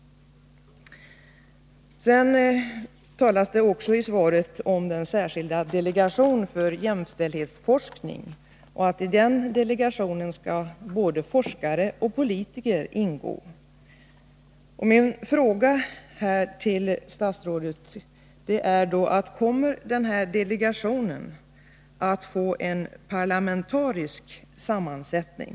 I svaret nämns också den särskilda delegationen för jämställdhetsforskning. Både forskare och politiker skall ingå i denna. Min fråga till statsrådet blir då: Kommer den här delegationen att få en parlamentarisk sammansättning?